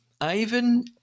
Ivan